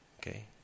Okay